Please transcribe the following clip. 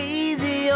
easy